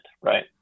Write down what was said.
right